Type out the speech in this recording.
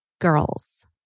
girls